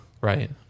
right